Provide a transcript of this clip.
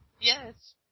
Yes